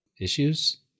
issues